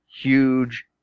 huge